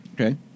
Okay